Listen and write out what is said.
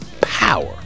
power